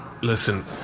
listen